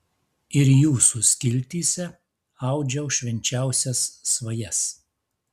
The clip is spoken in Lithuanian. ir jūsų skiltyse audžiau švenčiausias svajas